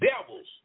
devils